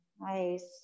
Nice